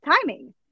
timing